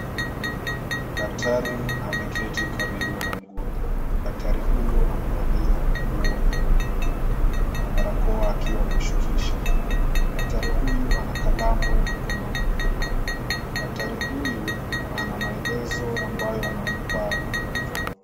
Daktari ameketi karibu na mgonjwa. Daktari huyu amevalia nguo nyeupe na barakoa akiwa ameshukisha. Daktari huyu ana kalamu mkononi. Daktari huyu ana maelezo ambayo anampa mgonjwa.